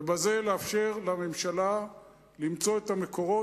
ובזה לאפשר לממשלה למצוא את המקורות.